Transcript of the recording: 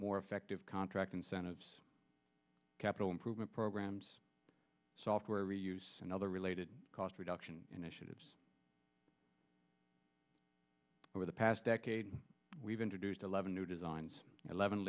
more effective contract incentives capital improvement programs software reuse and other related cost reduction initiatives over the past decade we've introduced eleven new designs eleven